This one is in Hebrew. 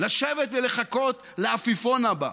לשבת ולחכות לעפיפון הבא?